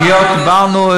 על פגיות דיברנו.